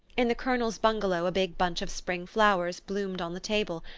in the colonel's bungalow a big bunch of spring flowers bloomed on the table,